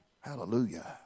Hallelujah